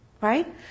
Right